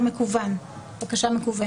הם גדולים, לא מעטים, ונמצא להם פתרונות.